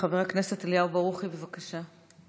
חבר הכנסת אליהו ברוכי, בבקשה.